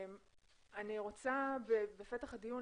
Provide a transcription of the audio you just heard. אני רוצה בפתח הדיון,